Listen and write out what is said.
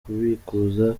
kubikuza